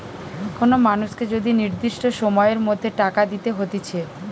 কোন মানুষকে যদি নির্দিষ্ট সময়ের মধ্যে টাকা দিতে হতিছে